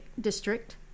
district